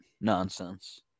Nonsense